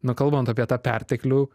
na kalbant apie tą perteklių